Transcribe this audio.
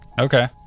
Okay